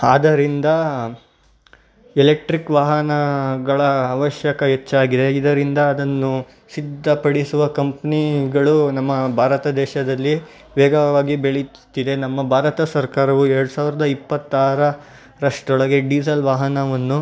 ಆದರಿಂದ ಎಲೆಕ್ಟ್ರಿಕ್ ವಾಹನಗಳ ಅವಶ್ಯಕ ಹೆಚ್ಚಾಗಿದೆ ಇದರಿಂದ ಅದನ್ನು ಸಿದ್ಧಪಡಿಸುವ ಕಂಪ್ನಿಗಳು ನಮ್ಮ ಭಾರತ ದೇಶದಲ್ಲಿ ವೇಗವಾಗಿ ಬೆಳೆಯುತ್ತಿದೆ ನಮ್ಮ ಭಾರತ ಸರ್ಕಾರವು ಎರಡು ಸಾವಿರದ ಇಪ್ಪತ್ತಾರು ರಷ್ಟರೊಳಗೆ ಡೀಸಲ್ ವಾಹನವನ್ನು